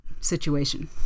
situation